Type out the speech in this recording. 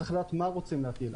צריך לדעת מה רוצים להחיל.